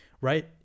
Right